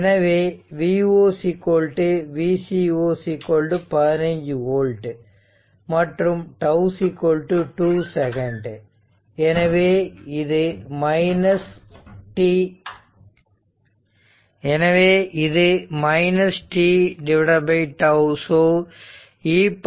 எனவேV0 v C0 15 volt மற்றும் τ 2 second எனவே இது t τ so e 0